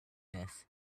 this